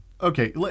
okay